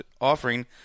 offering